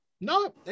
No